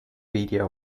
video